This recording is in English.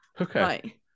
Okay